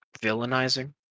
villainizing